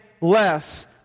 less